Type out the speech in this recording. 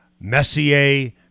Messier